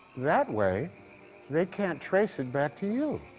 that way they can't trace it back to you.